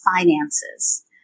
finances